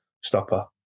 stopper